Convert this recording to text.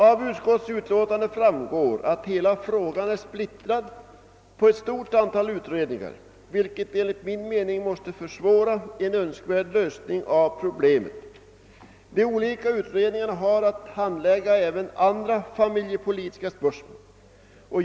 Av utskottsutlåtandet framgår att frågan är splittrad på ett stort antal utredningar, något som enligt min mening måste försvåra en önskvärd lösning av problemet. De olika utredningarna har att handlägga även andra familjepolitiska spörsmål.